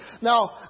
Now